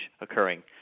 occurring